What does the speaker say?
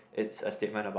it's a statement about